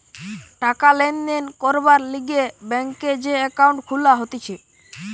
টাকা লেনদেন করবার লিগে ব্যাংকে যে একাউন্ট খুলা হতিছে